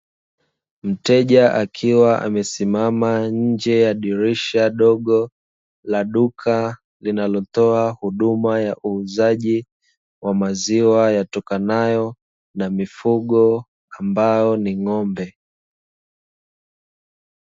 Mteja akiwa amesimama nje ya dirisha dogo la duka, linalotoa huduma ya uuzaji wa maziwa yatokanayo na mifugo ambayo ni ng'ombe.